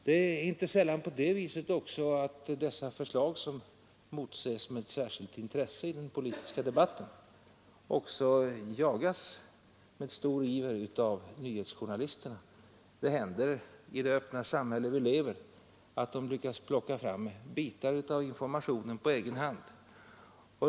Det är inte sällan också på det sättet att de förslag som motses med särskilt intresse i den politiska debatten jagas med stor iver av nyhetsjournalisterna. I det öppna samhälle som vi lever i händer det att de lyckas plocka fram bitar av informationen på egen hand.